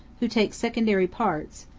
who take secondary parts,